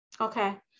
Okay